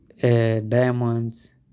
diamonds